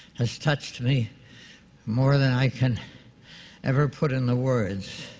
has touched me more than i can ever put into words.